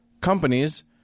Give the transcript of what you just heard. companies